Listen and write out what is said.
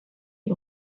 you